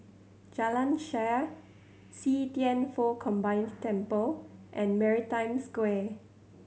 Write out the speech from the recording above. Jalan Shaer See Thian Foh Combined Temple and Maritime Square